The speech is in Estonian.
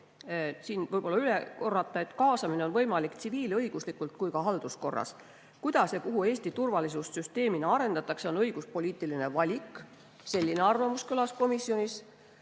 siin üle korrata, et kaasamine on võimalik nii tsiviilõiguslikult kui ka halduskorras. Kuidas ja kus suunas Eesti turvalisust süsteemina arendatakse, on õiguspoliitiline valik. Selline arvamus kõlas komisjonis. Aga